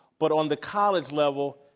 but on the college level,